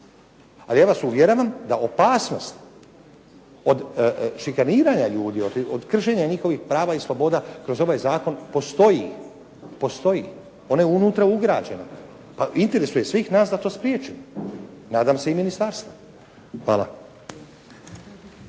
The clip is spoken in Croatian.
ali ja vas uvjeravam da opasnost od šikaniranja ljudi, od kršenja njihovih prava i sloboda kroz ovaj zakon postoji. Postoji, ono je unutra ugrađeno. Pa u interesu je svih nas da to spriječimo, nadam se i ministarstva. Hvala.